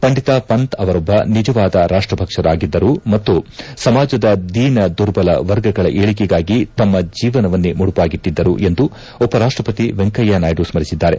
ಪಂಡಿತ ಪಂತ್ ಅವರೊಬ್ಬ ನಿಜವಾದ ರಾಷ್ಟ ಭಕ್ತರಾಗಿದ್ದರು ಮತ್ತು ಸಮಾಜದ ದೀನ ದುರ್ಬಲ ವರ್ಗಗಳ ಏಳಿಗೆಗಾಗಿ ತಮ್ಮ ಜೀವನವನ್ನೇ ಮುದುಪಾಗಿಟ್ಲಿದ್ದರು ಎಂದು ಉಪರಾಷ್ಟಪತಿ ವೆಂಕಯ್ಯ ನಾಯ್ಗು ಸ್ಮರಿಸಿದ್ದಾರೆ